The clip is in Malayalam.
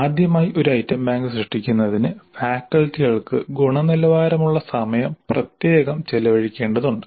ആദ്യമായി ഒരു ഐറ്റം ബാങ്ക് സൃഷ്ടിക്കുന്നതിന് ഫാക്കൽറ്റികൾക്ക് ഗുണനിലവാരമുള്ള സമയം പ്രത്യേകം ചെലവഴിക്കേണ്ടതുണ്ട്